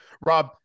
Rob